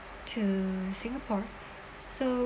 to singapore so